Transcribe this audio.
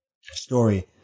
story